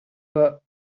but